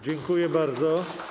Dziękuję bardzo.